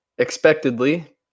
expectedly